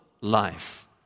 life